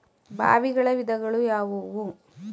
ಬಾವಿಗಳ ವಿಧಗಳು ಯಾವುವು?